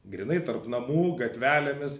grynai tarp namų gatvelėmis